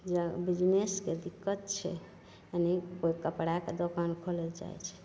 हिआँ बिजनेसके दिक्कत छै नीक कोइ कपड़ाके दोकान खोलै ले चाहै छै